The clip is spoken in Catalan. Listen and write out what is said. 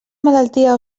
malaltia